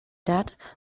that